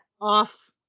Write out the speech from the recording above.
off